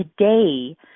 today